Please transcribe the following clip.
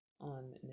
on